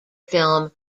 film